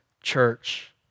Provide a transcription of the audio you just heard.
church